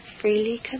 freely